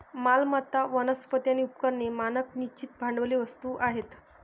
मालमत्ता, वनस्पती आणि उपकरणे मानक निश्चित भांडवली वस्तू आहेत